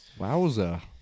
Wowza